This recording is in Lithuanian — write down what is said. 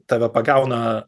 tave pagauna